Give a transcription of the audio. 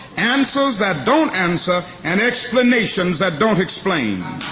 answers that don't answer, and explanations that don't explain.